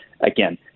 again